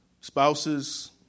spouses